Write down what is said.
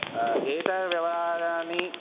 एतद् व्यवहारामि